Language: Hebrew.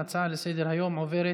ההצעה לסדר-היום עוברת